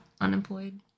unemployed